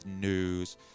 news